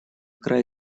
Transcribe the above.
край